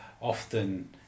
often